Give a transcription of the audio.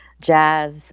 jazz